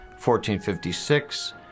1456